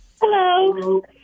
Hello